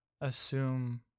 assume